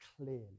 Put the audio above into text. clearly